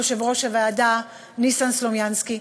יושב-ראש הוועדה ניסן סלומינסקי,